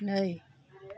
नै